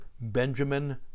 Benjamin